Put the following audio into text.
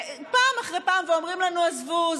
פעם אחרי פעם אומרים לנו: עזבו,